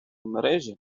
мережі